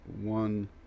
One